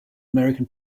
american